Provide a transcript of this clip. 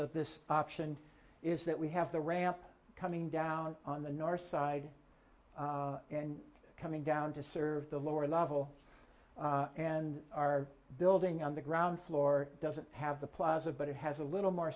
this option is that we have the ramp coming down on the north side and coming down to serve the lower level and our building on the ground floor doesn't have the plaza but it has a little more